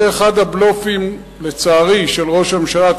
זה אחד הבלופים, לצערי, של ראש הממשלה.